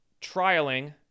trialing